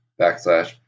backslash